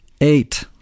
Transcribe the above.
Eight